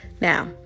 Now